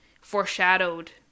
foreshadowed